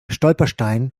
stolperstein